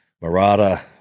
Murata